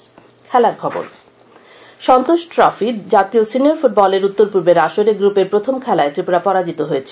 football Santosh trophy জাতীয় senior ফুটবলের উত্তরপূর্বের আসরে গ্রুপের প্রথম খেলায় ত্রিপুরা পরাজিত হয়েছে